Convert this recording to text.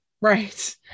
Right